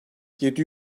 yedi